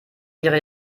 ihre